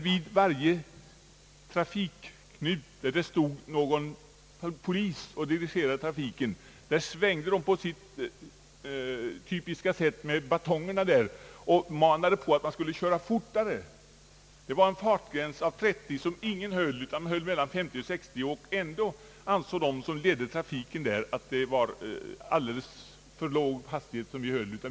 Vid varje trafikknut där det stod en polis och dirigerade trafiken, svängde polismännen på sitt typiska sätt med batongerna och manade på att köra fortare. Det var en fartgräns på 30 km/ tim. som ingen höll, alla höll omkring 50—60. Ändå ansåg de polismän som ledde trafiken där att det gick för sakta.